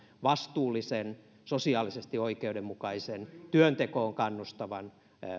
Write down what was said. vastuullisen sosiaalisesti oikeudenmukaisen työntekoon kannustavan